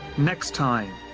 next time,